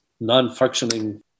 non-functioning